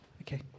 okay